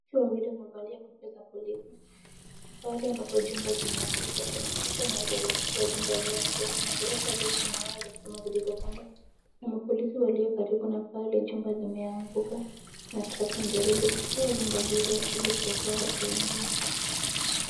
Wakiwa wawili wamevalia kofia za polisi. Pale ambapo jumba zimeanguka kuna tractor inayojaribu kutoa jumba iliyoanguka. Kuna gorofa refu na waya za stima zilizopandwa na mapolisi walio karibu na pale jumba limeanguka na Tractor linajaribu kutoa jumba hilo ili kuokoa watu wengine.